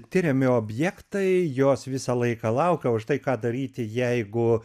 tiriami objektai jos visą laiką laukia už tai ką daryti jeigu